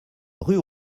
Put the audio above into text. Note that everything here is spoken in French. rue